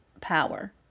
power